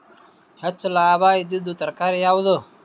ಹೆಚ್ಚು ಲಾಭಾಯಿದುದು ತರಕಾರಿ ಯಾವಾದು?